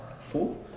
Four